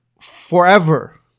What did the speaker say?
forever